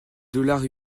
dollars